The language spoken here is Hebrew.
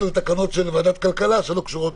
פחות המאטריה שאני מכירה, אבל טיסות לפי דרישה.